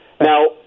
Now